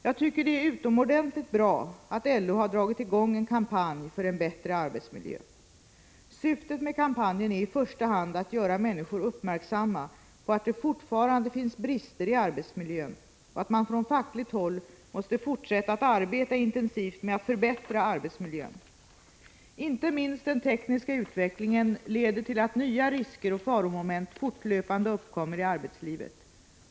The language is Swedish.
Jag tycker det är utomordenligt bra att LO har dragit i gång en kampanj för en bättre arbetsmiljö. Syftet med kampanjen är i första hand att göra människor uppmärksamma på att det fortfarande finns brister i arbetsmiljön och att man från fackligt håll måste fortsätta att arbeta intensivt med att förbättra arbetsmiljön. Inte minst den tekniska utvecklingen leder till att nya risker och faromoment fortlöpande uppkommer i arbetslivet.